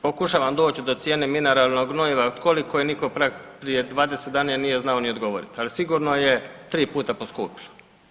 Pokušavam doći do cijene mineralnog gnojiva koliko je njihov prag, prije 20 dana je nije znao ni odgovoriti, ali sigurno je 3 puta poskupilo.